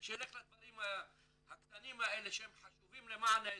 שילך לדברים הקטנים האלה שהם חשובים למען האזרח.